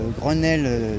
grenelle